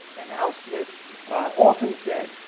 and al smith often said,